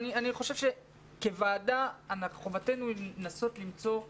אני חושב שכוועדה חובתנו לנסות להיות